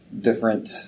different